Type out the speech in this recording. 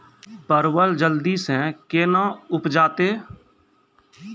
परवल जल्दी से के ना उपजाते?